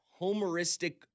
homeristic